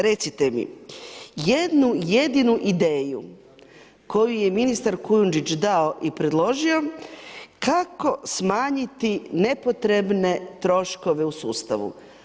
Recite mi jednu jedinu ideju koju je ministar Kujundžić dao i predložio kako smanjiti nepotrebne troškove u sustavu?